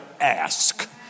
ask